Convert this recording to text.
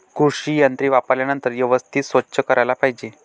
कृषी यंत्रे वापरल्यानंतर व्यवस्थित स्वच्छ करायला पाहिजे